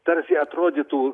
tarsi atrodytų